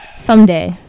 Someday